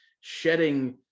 shedding